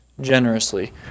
generously